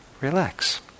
relax